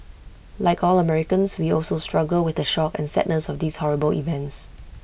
like all Americans we also struggle with the shock and sadness of these horrible events